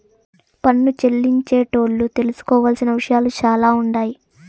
పన్ను చెల్లించేటోళ్లు తెలుసుకోవలసిన విషయాలు సాలా ఉండాయి